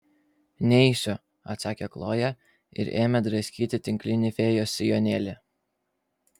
neisiu atsakė kloja ir ėmė draskyti tinklinį fėjos sijonėlį